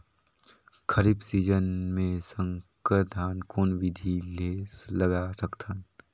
खरीफ season मे संकर धान कोन विधि ले लगा सकथन?